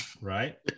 Right